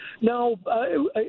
No